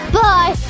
bye